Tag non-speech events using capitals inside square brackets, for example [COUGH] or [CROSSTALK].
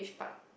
[BREATH]